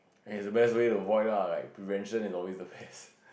and it's the best way to avoid lah I mean prevention is always the best